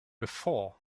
before